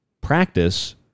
practice